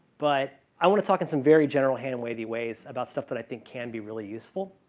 but i want to talk in some very general hand-wavy ways about stuff that i think can be really useful.